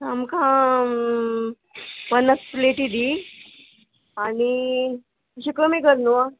आमकां पन्नास प्लेटी दी आनी मात्शें कमी कर न्हू आं